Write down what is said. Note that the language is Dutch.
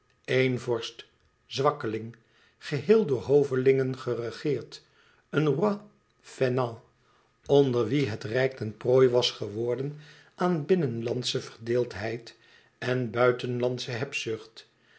één vorst zwakkeling geheel door hovelingen geregeerd een roi fainéant onder wien het rijk ten prooi was geworden aan binnenlandsche verdeeldheid en buitenlandsche